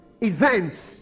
events